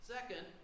Second